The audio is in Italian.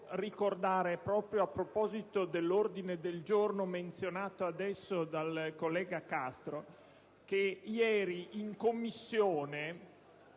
ricordare, proprio a proposito dell'ordine del giorno menzionato adesso dal collega Castro, che ieri in Commissione...